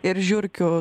ir žiurkių